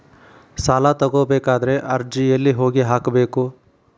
ಸಾಲ ತಗೋಬೇಕಾದ್ರೆ ಅರ್ಜಿ ಎಲ್ಲಿ ಹೋಗಿ ಹಾಕಬೇಕು?